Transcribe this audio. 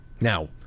Now